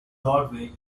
broadway